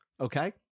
Okay